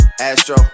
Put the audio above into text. Astro